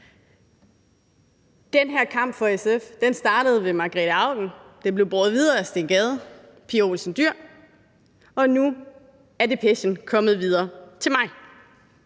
Den her kamp for SF startede ved Margrete Auken, den blev båret videre af Steen Gade og Pia Olsen Dyhr, og nu er depechen kommet videre til mig.